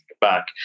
back